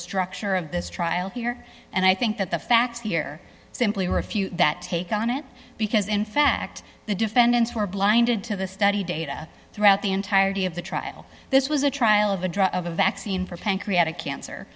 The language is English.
structure of this trial here and i think that the facts here simply refute that take on it because in fact the defendants were blinded to the study data throughout the entirety of the trial this was a trial of a drop of a vaccine for pancreatic cancer